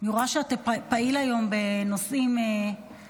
אני רואה שאתה פעיל היום בנושאים חיוביים.